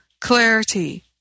clarity